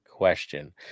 question